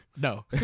No